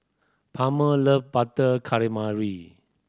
Palmer love Butter Calamari